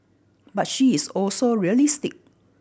but she is also realistic